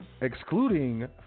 Excluding